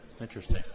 Interesting